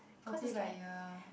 oh play by ear